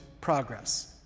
progress